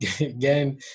again